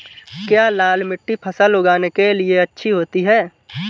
क्या लाल मिट्टी फसल उगाने के लिए अच्छी होती है?